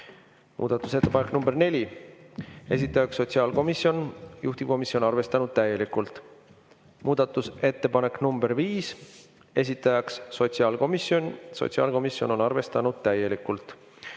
Muudatusettepanek nr 4, esitajaks sotsiaalkomisjon, juhtivkomisjon on arvestanud täielikult. Muudatusettepanek nr 5, esitajaks sotsiaalkomisjon, sotsiaalkomisjon on arvestanud täielikult.